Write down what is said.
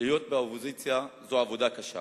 להיות באופוזיציה זו עבודה קשה